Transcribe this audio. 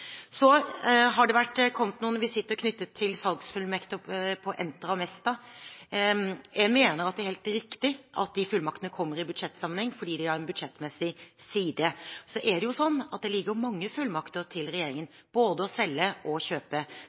Så har det vært noen visitter knyttet til salgsfullmakter for Entra og Mesta. Jeg mener at det er helt riktig at disse fullmaktene kommer i budsjettsammenheng, fordi de har en budsjettmessig side. Så er det slik at det ligger mange fullmakter til regjeringen, både når det gjelder å selge, og når det gjelder å kjøpe.